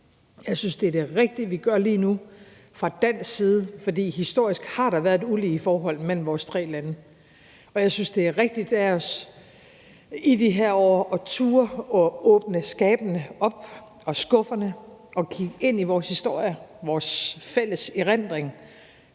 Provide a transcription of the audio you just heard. Jeg synes, det er det rigtige, vi gør lige nu fra dansk side, for historisk har der været et ulige forhold mellem vores tre lande, og jeg synes, det er rigtigt af os i de her år at turde at åbne skabene og skufferne op og kigge ind i vores historie og vores fælles erindring